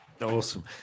Awesome